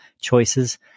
choices